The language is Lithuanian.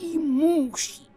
į mūšį